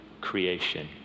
creation